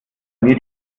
mir